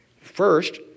First